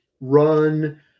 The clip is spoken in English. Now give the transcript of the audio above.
run